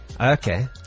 Okay